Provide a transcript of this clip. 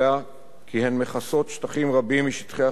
כי הן מכסות שטחים רבים משטחי החיים בכלל